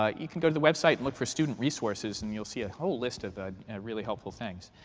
ah you can go to the website and look for student resources. and you'll see a whole list of but really helpful things.